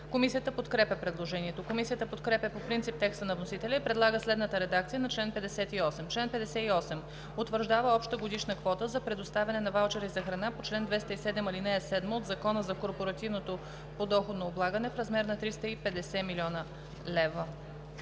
Комисията подкрепя предложението. Комисията подкрепя по принцип текста на вносителя и предлага следната редакция на чл. 58: „Чл. 58. Утвърждава обща годишна квота за предоставяне на ваучери за храна по чл. 209, ал. 7 от Закона за корпоративното подоходно облагане в размер на 350 млн. лв.“